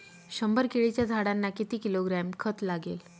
शंभर केळीच्या झाडांना किती किलोग्रॅम खत लागेल?